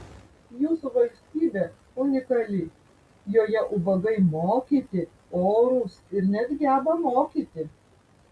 jūsų valstybė unikali joje ubagai mokyti orūs ir net geba mokyti